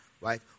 right